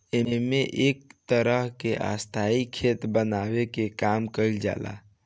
एमे एक तरह के स्थाई खेत बनावे के काम कईल जाला